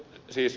siis